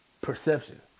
Perception